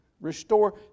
restore